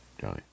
johnny